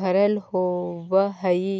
भरल होवअ हई